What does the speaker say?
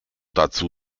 dazu